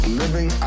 living